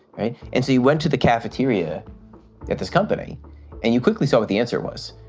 right. and so you went to the cafeteria at this company and you quickly saw what the answer was.